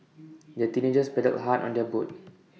the teenagers paddled hard on their boat